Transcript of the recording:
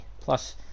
Plus